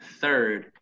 Third